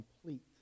complete